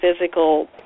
physical